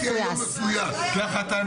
מפויס.